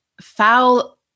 foul